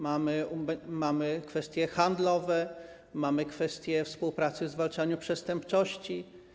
Mamy kwestie handlowe, mamy kwestie współpracy w zwalczaniu przestępczości.